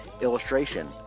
illustration